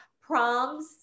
proms